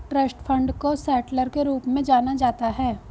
trust fund को settlor के रूप में जाना जाता है